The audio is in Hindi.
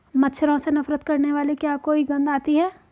मच्छरों से नफरत करने वाली क्या कोई गंध आती है?